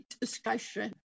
discussion